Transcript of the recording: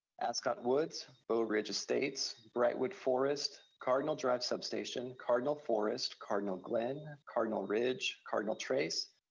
ascot woods, beau ridge estates, brightwood forest, cardinal drive substation, cardinal forest, cardinal glen, cardinal ridge, cardinal trace,